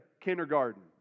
kindergarten